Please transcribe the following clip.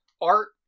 art